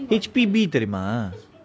H_P_B தெரியுமா:teriyuma